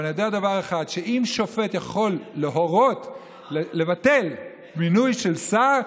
אבל אני יודע דבר אחד: אם שופט יכול להורות לבטל מינוי של שר,